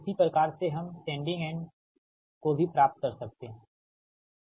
इसी प्रकार से हम सेंडिंग एंड को भी प्राप्त कर सकते हैठीक